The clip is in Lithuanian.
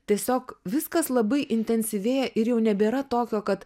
tiesiog viskas labai intensyvėja ir jau nebėra tokio kad